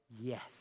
yes